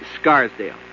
Scarsdale